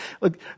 look